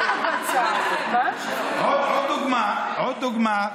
עוד דוגמה: